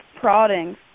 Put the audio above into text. prodding